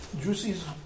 Juicy's